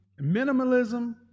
minimalism